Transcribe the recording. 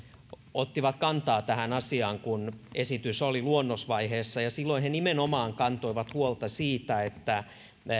ottivat kantaa tähän asiaan kun esitys oli luonnosvaiheessa ja silloin he nimenomaan kantoivat huolta siitä että